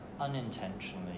unintentionally